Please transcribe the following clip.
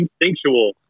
Instinctual